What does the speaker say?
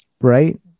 right